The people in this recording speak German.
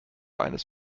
eines